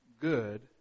good